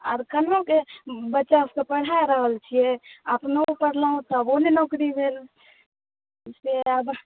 आओर केनाहिओके बच्चासबके पढ़ा रहल छिए अपनो पढ़लहुँ तबो नहि नौकरी भेल से आब